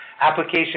application